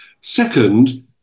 Second